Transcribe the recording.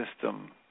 system